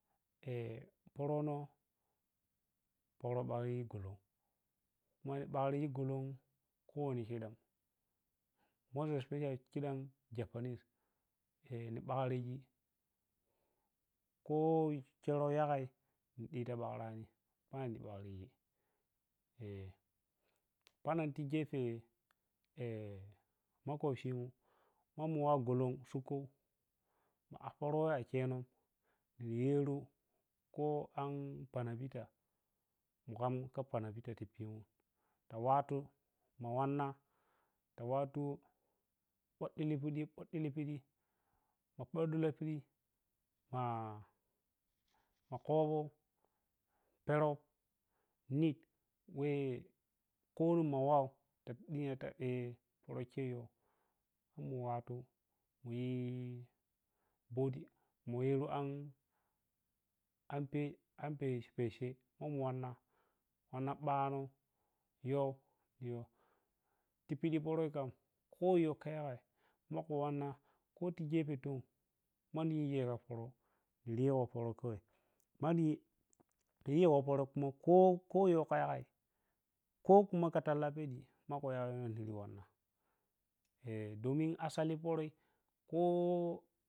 pərənoi pərə bakri gulum khuma yi bakri gulum kowam shaidan most especially khidan ʒapanis ni ɓakriji kho khero yagai ni ɗito bakrani ɓak m bakriji pananti gepe makhencimu ma mu wa gulum gikhu ma a pərə a khenon yeru kho an panabita mu ham kha panabita ti pino ta wattu ma wanna, ta wattu illih piɗi illih piɗi ma kwaɗolu piɗi ma khobo peroh nik weh khuri ma waw pərə kheyoh mu wattu muyi peshe ma mu wanna bano yiwo-yiwo, ti piɗi pərəi kham kho khayi ta yagai kho kuma kha talla ti piɗi kho maka kha yaweno niɗiti wanna dama asalin fərə koh.